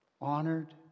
honored